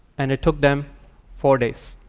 and it took them four days.